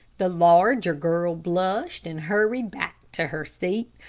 the larger girl blushed and hurried back to her seat,